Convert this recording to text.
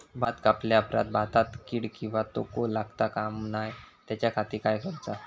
भात कापल्या ऑप्रात भाताक कीड किंवा तोको लगता काम नाय त्याच्या खाती काय करुचा?